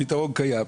הפתרון קיים.